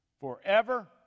forever